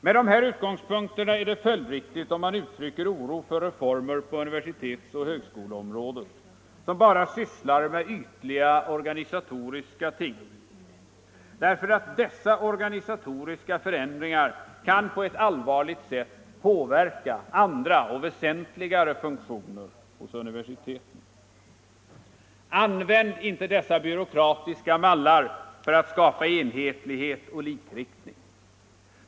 Med de här utgångspunkterna är det följdriktigt om man uttrycker oro för reformer på universitetsoch högskoleområdet som bara sysslar med ytliga organisatoriska ting därför att dessa organisatoriska förändringar kan på ett rätt allvarligt sätt påverka väsentligare funktioner hos universiteten. Använd inte dessa byråkratiska mallar för att skapa enhetlighet och likriktning!